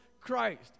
Christ